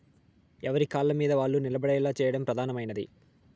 ఎవరి కాళ్ళమీద వాళ్ళు నిలబడేలా చేయడం ప్రధానమైనది